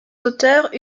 auteurs